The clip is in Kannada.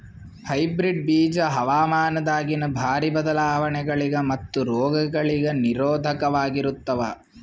ಹೈಬ್ರಿಡ್ ಬೀಜ ಹವಾಮಾನದಾಗಿನ ಭಾರಿ ಬದಲಾವಣೆಗಳಿಗ ಮತ್ತು ರೋಗಗಳಿಗ ನಿರೋಧಕವಾಗಿರುತ್ತವ